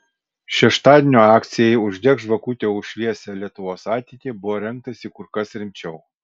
šeštadienio akcijai uždek žvakutę už šviesią lietuvos ateitį buvo rengtasi kur kas rimčiau